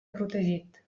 protegit